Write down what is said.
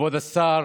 כבוד השר,